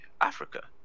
Africa